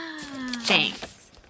Thanks